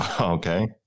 Okay